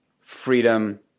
freedom